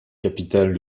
capitale